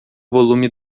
volume